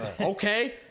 Okay